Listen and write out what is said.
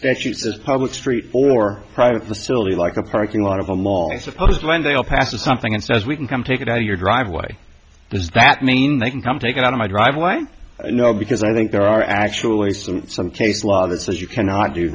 especially is a public street for private facility like a parking lot of a mall i suppose when they all pass or something and says we can come take it out of your driveway does that mean they can come take it out of my driveway you know because i think there are actually some some case law that says you cannot do